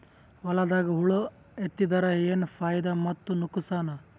ಹೊಲದಾಗ ಹುಳ ಎತ್ತಿದರ ಏನ್ ಫಾಯಿದಾ ಮತ್ತು ನುಕಸಾನ?